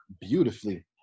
beautifully